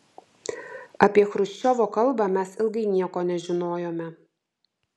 apie chruščiovo kalbą mes ilgai nieko nežinojome